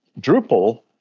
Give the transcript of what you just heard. Drupal